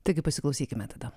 taigi pasiklausykime tada